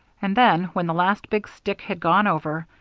and then, when the last big stick had gone over,